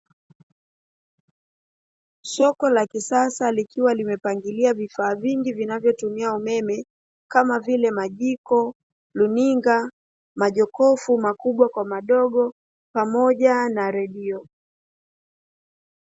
Soko la kisasa likiwa limepangilia vifaa vingi vinavotumia umeme kama vile majiko, runinga, majokofu makubwa kwa madogo pamoja na redio.